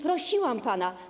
Prosiłam pana.